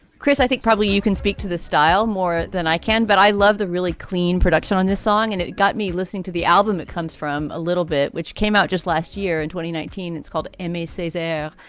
chris, i think probably you can speak to the style more than i can. but i love the really clean production on this song. and it got me listening to the album. it comes from a little bit, which came out just last year in twenty nineteen it's called emmies, says air,